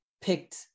picked